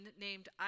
named